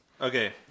Okay